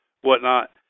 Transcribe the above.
whatnot